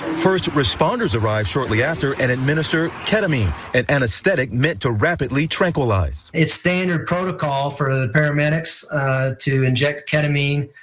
first responders arrive shortly after, and administer ketamine, an anesthetic meant to rapidly tranquilize. it's standard protocol for the paramedics to inject ketamine.